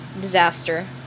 disaster